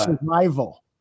Survival